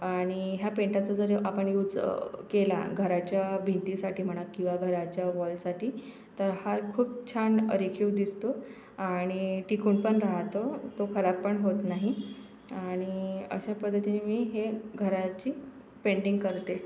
आणि ह्या पेंटाचं जर आपण यूज केला घराच्या भिंतीसाठी म्हणा किंवा घराच्या वॉलसाठी तर हा खूप छान रेखीव दिसतो आणि टिकूनपण राहतो तो खराब पण होत नाही आणि अशा पद्धतीने मी हे घराची पेंटिंग करते